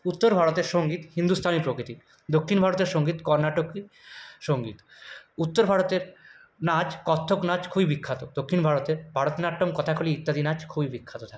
উত্তর ভারতের সংগীত হিন্দুস্থানী প্রকৃতির দক্ষিণ ভারতের সংগীত কর্ণাটকী সংগীত উত্তর ভারতের নাচ কত্থক নাচ খুবই বিখ্যাত দক্ষিণ ভারতের ভারতনাট্যম কথাকলি ইত্যাদি নাচ খুবই বিখ্যাত থাকে